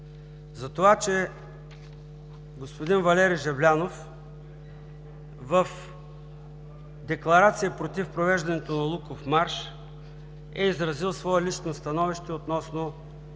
за това, че господин Валери Жаблянов в декларация против провеждането на Луковмарш е изразил свое лично становище относно